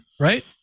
right